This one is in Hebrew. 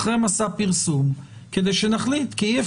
אחרי מסע פרסום,